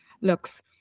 looks